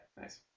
Nice